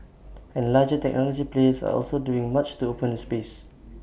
and larger technology players are also doing much to open the space